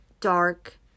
dark